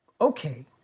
okay